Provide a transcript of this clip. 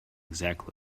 exact